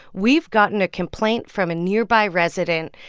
we've gotten a complaint from a nearby resident,